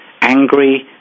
angry